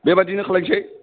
बेबायदिनो खालामसै